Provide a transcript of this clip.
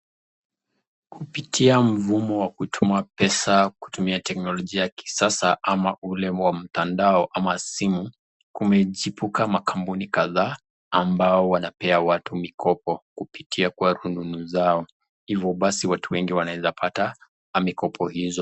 Kupitia mvumo wa kutuma pesa kutumia teknologia ya kisasa ama ule wa mtandao ama simu, kumechipuka kwa kampuni kadhaa ambao wanapea watu mikopo kupitia kwa rununu zao hivyo basi watu wengi wanaeza pata mikopo hizo